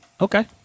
Okay